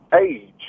age